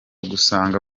gusanga